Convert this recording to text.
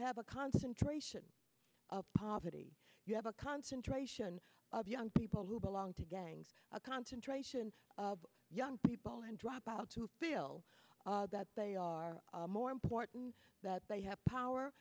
have a concentration of poverty you have a concentration of young people who belong to gangs a concentration of young people who drop out to feel that they are more important that they have power